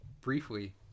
briefly